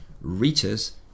reaches